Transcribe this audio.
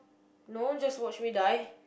no just watch me die